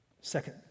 Second